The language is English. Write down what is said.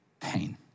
pain